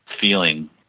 feeling